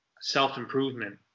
self-improvement